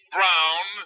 Brown